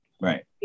Right